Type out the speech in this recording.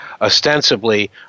ostensibly